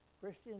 Christian